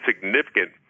significant